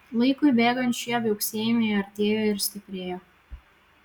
laikui bėgant šie viauksėjimai artėjo ir stiprėjo